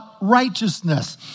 righteousness